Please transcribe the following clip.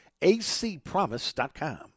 acpromise.com